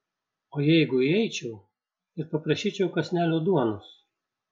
o jeigu įeičiau ir paprašyčiau kąsnelio duonos